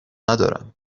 ندارم